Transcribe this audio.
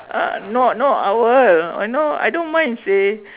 uh no not owl no uh I don't mind seh